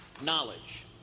knowledge